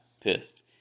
pissed